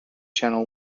channel